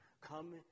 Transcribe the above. Come